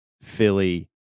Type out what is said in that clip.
Philly